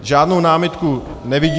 Žádnou námitku nevidím.